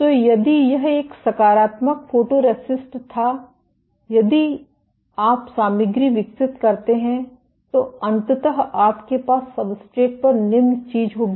तो यदि यह एक सकारात्मक फोटोरिस्टिस्ट था यदि आप सामग्री विकसित करते हैं तो अंततः आपके पास सब्सट्रेट पर निम्न चीज होगी